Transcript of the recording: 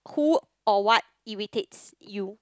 who or what irritates you